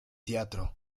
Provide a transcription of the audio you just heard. teatro